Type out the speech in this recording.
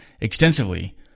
extensively